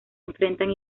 enfrentan